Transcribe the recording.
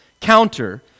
counter